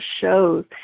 shows